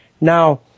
now